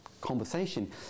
conversation